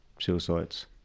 suicides